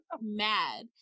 mad